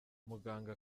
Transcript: muganga